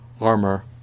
armor